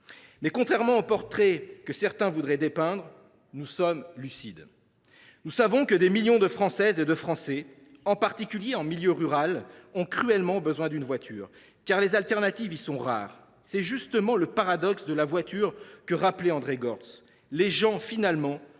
contrairement au portrait que certains voudraient peindre, nous sommes lucides. Nous savons que des millions de Françaises et de Français, en particulier en milieu rural, ont cruellement besoin d’une voiture, car les solutions de substitution y sont rares. C’est justement le paradoxe de la voiture, qu’a évoqué André Gorz :« Les gens, finalement,